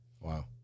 Wow